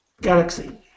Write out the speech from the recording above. Galaxy